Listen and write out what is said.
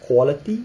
quality